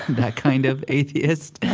that kind of atheist.